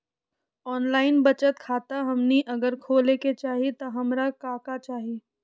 Online बचत खाता हमनी अगर खोले के चाहि त हमरा का का चाहि?